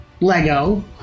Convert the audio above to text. Lego